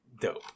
Dope